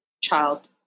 child